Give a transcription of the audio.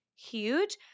huge